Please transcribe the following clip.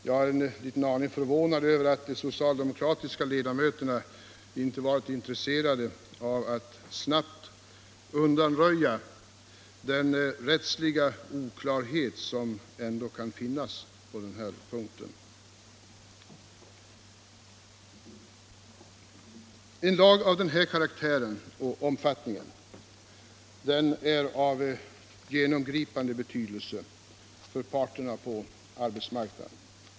Jag är en aning förvånad över att de socialdemokratiska ledamöterna inte varit intresserade av att snabbt undanröja den rättsliga oklarhet som ändå kan finnas på den här punkten. En lag av den här karaktären och omfattningen är av genomgripande betydelse för parterna på arbetsmarknaden.